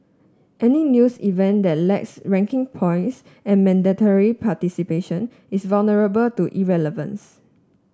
any new event that lacks ranking points and mandatory participation is vulnerable to irrelevance